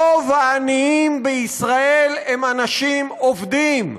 רוב העניים בישראל הם אנשים עובדים,